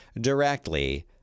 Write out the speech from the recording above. directly